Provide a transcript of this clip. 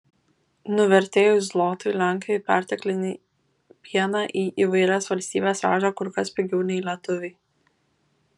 nuvertėjus zlotui lenkai perteklinį pieną į įvairias valstybes veža kur kas pigiau nei lietuviai